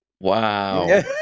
Wow